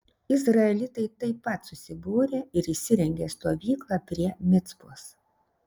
izraelitai taip pat susibūrė ir įsirengė stovyklą prie micpos